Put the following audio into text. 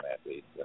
athletes –